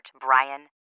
Brian